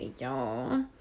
y'all